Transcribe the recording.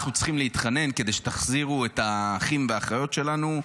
אנחנו צריכים להתחנן כדי שתחזירו את האחים והאחיות שלנו,